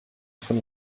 von